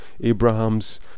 Abraham's